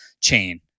chain